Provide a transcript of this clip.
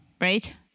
Right